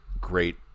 great